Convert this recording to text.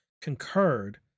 concurred